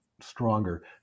stronger